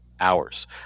hours